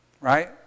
Right